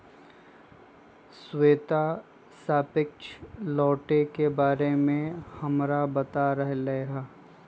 श्वेता सापेक्ष लौटे के बारे में हमरा बता रहले हल